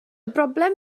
broblem